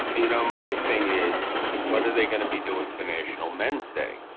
you know my thing is what are they gonna be doing financial men's thing?